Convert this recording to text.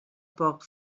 poc